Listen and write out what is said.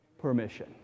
permission